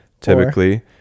typically